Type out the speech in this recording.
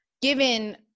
given